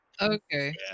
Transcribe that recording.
Okay